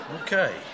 Okay